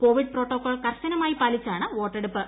Covid കോടി protocol കർശനമായി പാല്പിച്ചാണ് വോട്ടെടുപ്പ്